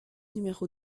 numéro